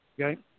Okay